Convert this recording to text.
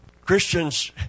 Christians